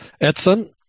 Edson